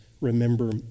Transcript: remember